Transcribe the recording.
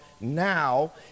now